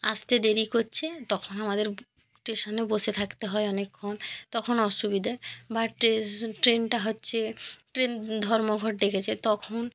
আসতে দেরি করছে তখন আমাদের স্টেশনে বসে থাকতে হয় অনেকক্ষণ তখন অসুবিধে বা ট্রেস ট্রেনটা হচ্ছে ট্রেন ধর্মঘট ডেকেছে তখন